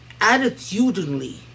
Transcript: attitudinally